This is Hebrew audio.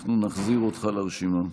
אנחנו נחזיר אותך לרשימה.